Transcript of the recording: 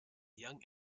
young